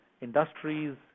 industries